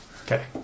Okay